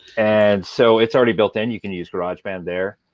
and so it's already built-in, you can use garage band there.